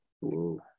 Whoa